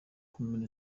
kumena